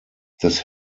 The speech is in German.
des